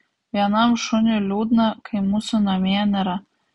vienam šuniui liūdna kai mūsų namie nėra